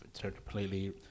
completely